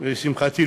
לשמחתי,